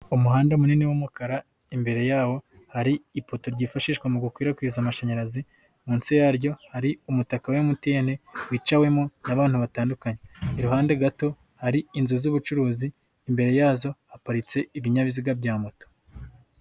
Umuhanda munini w'umukara. Imbere yawo hari ipoto ryifashishwa mu gukwirakwiza amashanyarazi. Munsi yaryo hari umutaka wa MTN wicawemo n'abantu batandukanye. Iruhande gato hari inzu z'ubucuruzi. Imbere yazo haparitse ibinyabiziga bya moto.